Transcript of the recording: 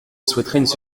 souhaiterais